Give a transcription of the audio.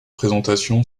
présentation